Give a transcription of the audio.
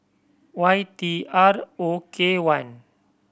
Y T R O K one